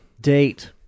date